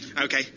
Okay